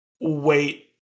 wait